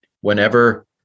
whenever